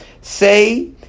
Say